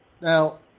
Now